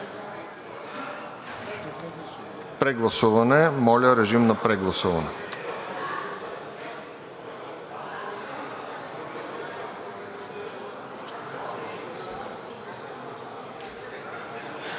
Прегласуване? Моля, режим на прегласуване. Гласували